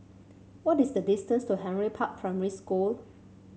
what is the distance to Henry Park Primary School